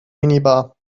minibar